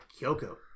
Kyoko